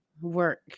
work